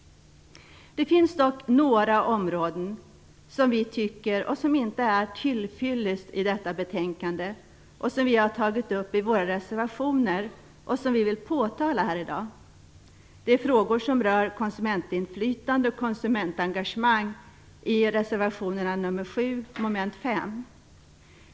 Det finns dock några områden som inte är tillfyllest i detta betänkande och som vi har tagit upp i våra reservationer. Vi vill påtala det här i dag. Det är frågor som rör konsumentinflytande och konsumentengagemang i reservation nr 7 mom. 5.